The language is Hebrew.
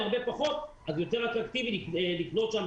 הרבה פחות כך שזה יותר אטרקטיבי לקנות שם.